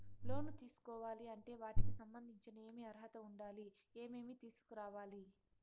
లోను తీసుకోవాలి అంటే వాటికి సంబంధించి ఏమి అర్హత ఉండాలి, ఏమేమి తీసుకురావాలి